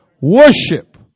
Worship